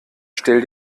stell